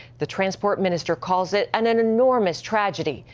the transport minister calls it an an enormous tragedy.